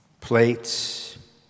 Plates